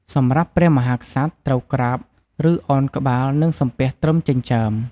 សម្រាប់ព្រះមហាក្សត្រ ត្រូវក្រាប ឬឱនក្បាល និងសំពះត្រឹមចិញ្ចើម។